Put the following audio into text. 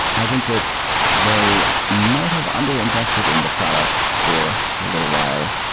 i think that they might have under invested in the product for a little while.